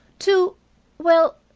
too well,